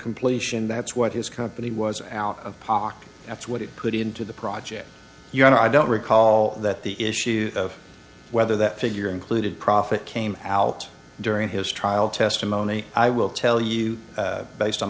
completion that's what his company was out of pocket that's what it put into the project you're not i don't recall that the issue of whether that figure included profit came out during his trial testimony i will tell you based on